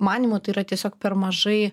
manymu tai yra tiesiog per mažai